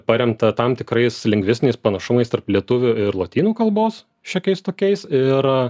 paremta tam tikrais lingvistiniais panašumais tarp lietuvių ir lotynų kalbos šiokiais tokiais ir